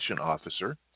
officer